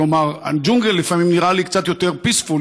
כלומר הג'ונגל לפעמים נראה לי קצת יותר peaceful,